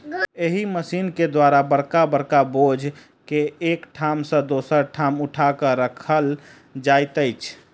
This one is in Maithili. एहि मशीन के द्वारा बड़का बड़का बोझ के एक ठाम सॅ दोसर ठाम उठा क राखल जाइत अछि